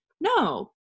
no